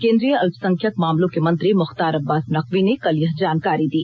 केन्द्रीय अल्पसंख्यक मामलों के मंत्री मुख्तार अब्बास नकवी ने कल यह जानकारी दी